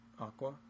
Aqua